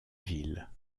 ville